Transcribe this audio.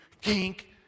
kink